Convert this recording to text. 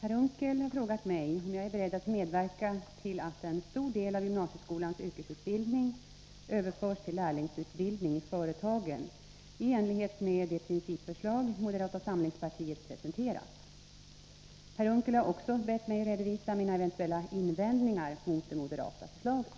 Herr talman! Per Unckel har frågat mig om jag är beredd att medverka till att en stor del av gymnasieskolans yrkesutbildning överförs till lärlingsutbildning i företagen i enlighet med det principförslag moderata samlingspartiet presenterat. Per Unckel har också bett mig redovisa mina eventuella invändningar mot det moderata förslaget.